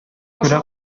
күрә